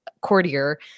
courtier